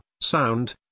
sound